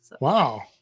Wow